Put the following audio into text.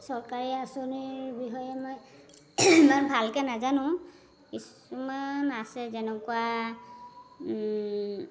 চৰকাৰী আঁচনিৰ বিষয়ে মই ইমান ভালকৈ নাজানো কিছুমান আছে যেনেকুৱা